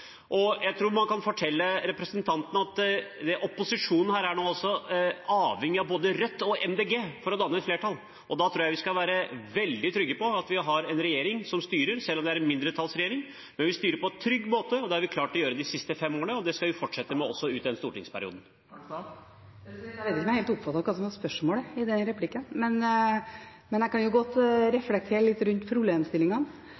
Jeg tror man kan fortelle representanten at opposisjonen her nå er avhengig av både Rødt og Miljøpartiet De Grønne for å danne flertall. Da tror jeg vi skal være veldig trygge på at vi har en regjering – selv om det er en mindretallsregjering – som styrer, men vi styrer på en trygg måte. Det har vi klart å gjøre de siste fem årene, og det skal vi fortsette med, også ut denne stortingsperioden. Jeg vet ikke om jeg helt oppfattet hva som var spørsmålet i denne replikken, men jeg kan godt